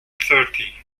thirty